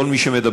כל מי שמדבר,